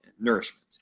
nourishment